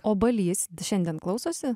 o balys šiandien klausosi